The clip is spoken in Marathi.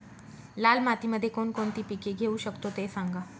लाल मातीमध्ये कोणकोणती पिके घेऊ शकतो, ते सांगा